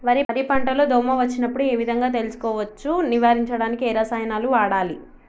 వరి పంట లో దోమ వచ్చినప్పుడు ఏ విధంగా తెలుసుకోవచ్చు? నివారించడానికి ఏ రసాయనాలు వాడాలి?